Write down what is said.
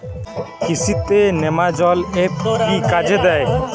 কৃষি তে নেমাজল এফ কি কাজে দেয়?